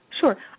Sure